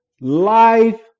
life